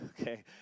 okay